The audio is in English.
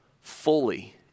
fully